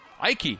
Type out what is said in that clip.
Ike